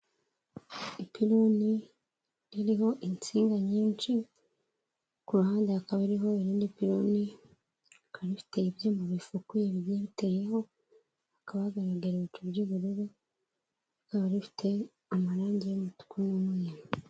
Ipironi ririho insinga nyinshi, ku ruhande hakaba hariho irindi pironi. Ikaba ifite ibyuma bifukuye bigiye biteyeho, hakaba hagaraga ibicu by'ubururu. Rikaba rifite amarangi y'umutuku n'umweru.